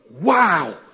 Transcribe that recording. wow